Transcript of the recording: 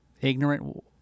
ignorant